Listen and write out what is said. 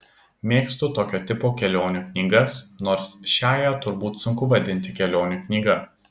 mėgstu tokio tipo kelionių knygas nors šiąją turbūt sunku vadinti kelionių knyga